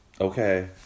Okay